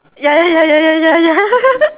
ya ya ya ya ya ya ya